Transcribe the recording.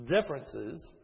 differences